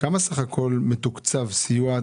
כמה סך הכל מתוקצב הסיוע?